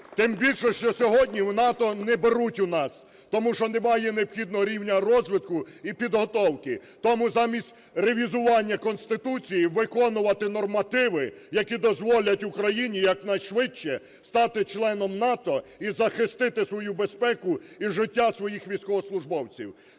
Тим більше, що сьогодні в НАТО не беруть нас, тому що немає необхідного рівня розвитку і підготовки. Тому, замість ревізування Конституції, виконувати нормативи, які дозволять Україні якнайшвидше стати членом НАТО і захистити свою безпеку і життя своїх військовослужбовців.